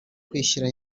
kwishyira